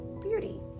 Beauty